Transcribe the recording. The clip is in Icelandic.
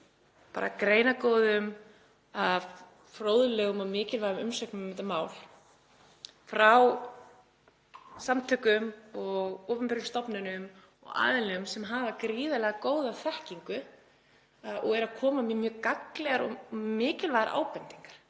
af greinargóðum, fróðlegum og mikilvægum umsögnum um þetta mál frá samtökum og opinberum stofnunum og aðilum sem hafa gríðarlega góða þekkingu og eru að koma með mjög gagnlegar og mikilvægar ábendingar.